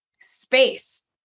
space